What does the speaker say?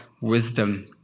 wisdom